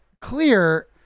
clear